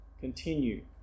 continue